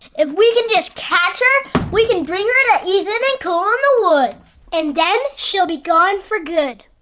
if we can just catch her, we can bring her to and ethan and cole in the woods. and then she'll be gone for good.